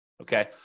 Okay